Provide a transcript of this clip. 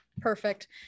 perfect